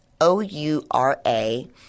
O-U-R-A